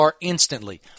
instantly